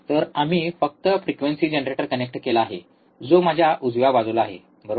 तर आम्ही फक्त फ्रिक्वेन्सी जनरेटर कनेक्ट केला आहे जो माझ्या उजव्या बाजूला आहे बरोबर